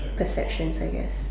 exceptions I guess